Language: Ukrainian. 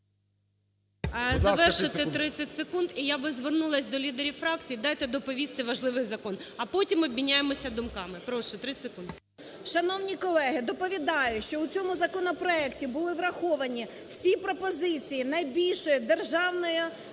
Завершити, 30 секунд. І я би звернулася до лідерів фракцій. Дайте доповісти важливий закон, а потім обміняємося думками. Прошу, 30 секунд. БЄЛЬКОВА О.В. Шановні колеги, доповідаю, що в цьому законопроекті були враховані всі пропозиції найбільшої державної